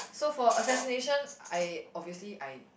so for assassination I obviously I